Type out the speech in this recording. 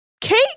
Kate